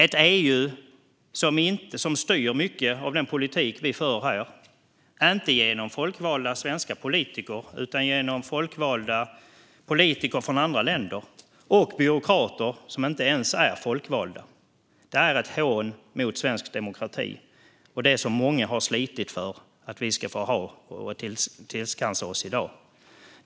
Vi har ett EU som styr mycket av den politik som vi här för - inte genom folkvalda svenska politiker utan genom folkvalda politiker från andra länder och byråkrater som inte ens är folkvalda. Det är ett hån mot svensk demokrati, som många har slitit för att vi ska ha i dag.